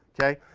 okay,